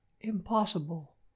impossible